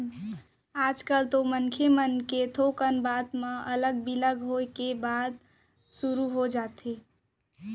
आजकल तो मनसे मन के थोकन बात म अलगे बिलग के बात होय बर सुरू हो जाथे